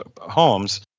homes